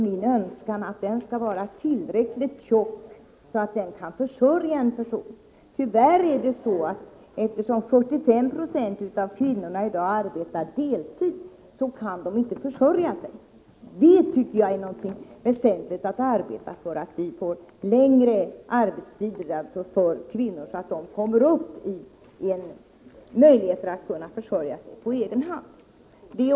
Min önskan är att den plånboken är tillräckligt tjock för att kunna försörja en person. Eftersom 45 96 av kvinnorna i dag arbetar deltid kan de inte försörja sig. Jag tycker att det är viktigt att arbeta för att kvinnorna skall få längre arbetstid, så att de kan försörja sig på egen hand.